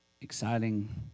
exciting